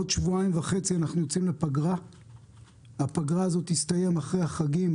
בעוד שבועיים וחצי אנחנו יוצאים לפגרה והפגרה הזו תסתיים אחרי החגים,